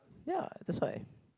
ya that's why